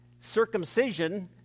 circumcision